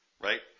right